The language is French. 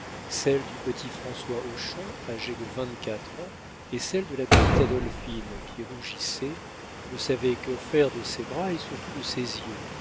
celle du petit françois hochon âgé de vingt-quatre ans et celle de la petite adolphine qui rougissait ne savait que faire de ses bras et surtout de ses yeux